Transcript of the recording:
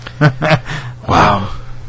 Wow